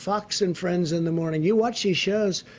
fox and friends in the morning. you watch these shows,